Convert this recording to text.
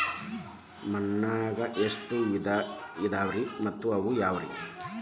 ಮಣ್ಣಾಗ ಎಷ್ಟ ವಿಧ ಇದಾವ್ರಿ ಮತ್ತ ಅವು ಯಾವ್ರೇ?